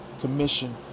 commission